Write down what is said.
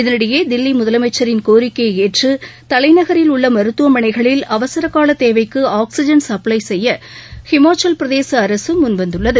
இதனிடையே தில்லி முதலமைச்சரின் கோரிக்கையை ஏற்று தலைநகரில் உள்ள மருத்துவமனைகளில் அவசரகாலத் தேவைக்கு ஆக்ஸிஜன் சப்ளை செய்ய ஹிமாச்சலப் பிரதேச அரசு முன்வந்துள்ளது